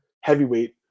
Heavyweight